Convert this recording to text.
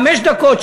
חמש דקות,